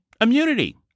immunity